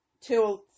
tools